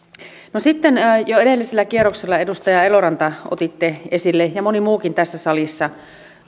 jo edellisellä kierroksella edustaja eloranta otitte esille ja moni muukin tässä salissa